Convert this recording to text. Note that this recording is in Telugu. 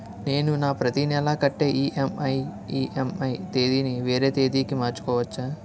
నేను నా ప్రతి నెల కట్టే ఈ.ఎం.ఐ ఈ.ఎం.ఐ తేదీ ని వేరే తేదీ కి మార్చుకోవచ్చా?